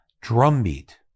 drumbeat